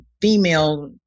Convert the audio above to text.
female